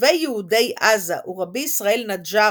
מחשובי יהודי עזה הוא רבי ישראל נג'ארה,